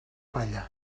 palla